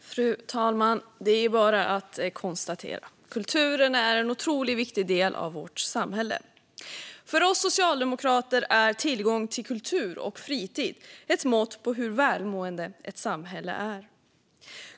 Fru talman! Det är bara konstatera: Kulturen är en otroligt viktig del av vårt samhälle. För oss socialdemokrater är tillgången till kultur och fritid ett mått på hur välmående ett samhälle är.